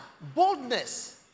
boldness